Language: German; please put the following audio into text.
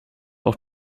auch